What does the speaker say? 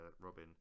Robin